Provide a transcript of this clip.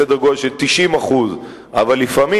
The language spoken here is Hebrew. בסדר גודל של 90%. אבל לפעמים,